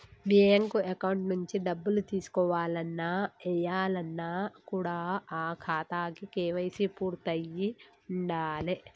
bank account నుంచి డబ్బులు తీసుకోవాలన్న, ఏయాలన్న కూడా ఆ ఖాతాకి కేవైసీ పూర్తయ్యి ఉండాలే